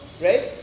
right